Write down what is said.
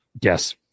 Yes